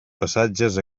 passatges